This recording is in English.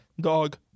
Dog